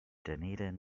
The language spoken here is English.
dunedin